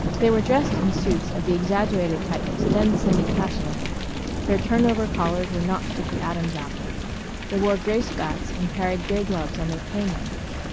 they were dressed in suits of the exaggerated tightness then semi-fashionable their turned over collars were notched at the adam's apple they wore gray spats and carried gray gloves on their cane handles.